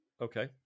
Okay